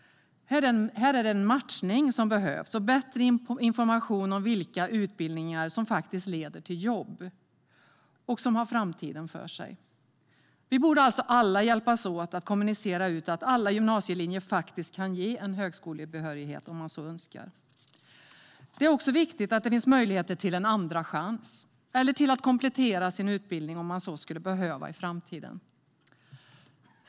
Här är det matchning som behövs och bättre information om vilka utbildningar som faktiskt leder till jobb och som har framtiden för sig. Vi borde alla hjälpas åt att kommunicera ut att alla gymnasielinjer faktiskt kan ge högskolebehörighet om man så önskar. Det är också viktigt att det finns möjligheter till en andra chans eller till att komplettera sin utbildning om man så skulle behöva i framtiden.